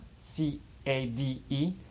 C-A-D-E